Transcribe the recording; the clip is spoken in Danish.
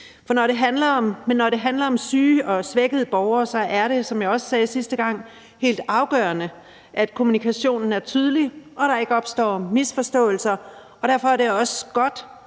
når det handler om syge og svækkede borgere, er det, som jeg også sagde sidste gang, helt afgørende, at kommunikationen er tydelig, og at der ikke opstår misforståelser. Derfor er det også godt,